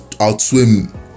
outswim